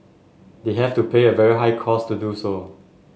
they have to pay a very high cost to do so